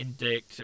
Indict